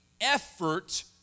effort